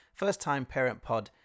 firsttimeparentpod